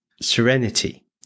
serenity